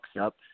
up